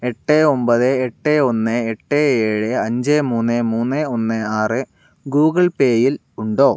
എട്ട് ഒൻപത് എട്ട് ഒന്ന് എട്ട് ഏഴ് അഞ്ച് മൂന്ന് മൂന്ന് ഒന്ന് ആറ് ഗൂഗിൾ പേയിൽ ഉണ്ടോ